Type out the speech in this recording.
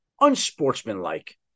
unsportsmanlike